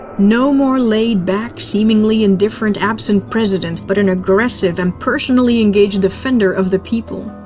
no more laid back, seemingly indifferent, absent president, but an aggressive and personally engaged defender of the people.